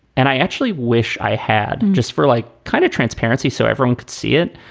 and i actually wish i had just for like kind of transparency so everyone could see it.